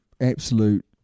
absolute